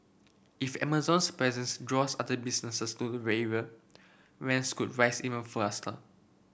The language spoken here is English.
if Amazon's presence draws other businesses to rents could rise even